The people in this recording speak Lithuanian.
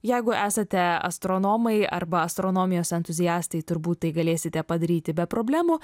jeigu esate astronomai arba astronomijos entuziastai turbūt tai galėsite padaryti be problemų